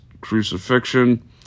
crucifixion